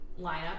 lineup